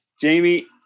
Jamie